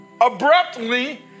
abruptly